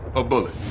a bullet.